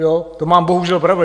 Jo, to mám bohužel pravdu.